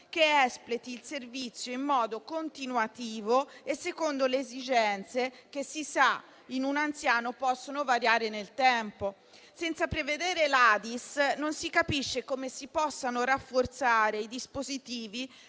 che espleti il servizio in modo continuativo e secondo le esigenze che, come sappiamo, in un anziano possono variare nel tempo. Senza prevedere l'ADISS non si capisce come si possano rafforzare i dispositivi